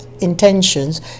intentions